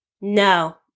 No